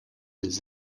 les